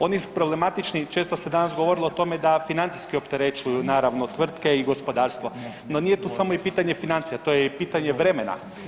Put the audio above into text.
Oni problematični, često se danas govorilo o tome da financijski opterećuju naravno tvrtke i gospodarstvo, no nije tu samo i pitanje financija to je i pitanje vremena.